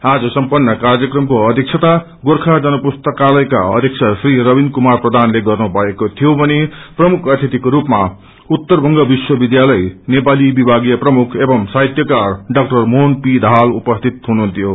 आज सम्पन्न कार्यक्रमको अध्यक्ता गोर्खा जनपुस्तकालयका अध्यक्ष री रविन कुमार प्रधानले गर्नुभएको थियो भने प्रमुख अतिथिको स्रपमा उत्तर बंग विश्व विध्यालय नेपाली विभागीय प्रमुख एवं साहित्यकार डाक्अर मोहन पी दाहाल उपस्थित हुनुहुन्ये